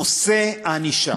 נושא הענישה.